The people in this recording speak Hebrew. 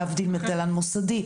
להבדיל מתל"ן מוסדי.